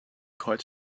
kreuz